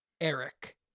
Eric